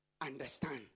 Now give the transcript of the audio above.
understand